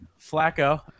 Flacco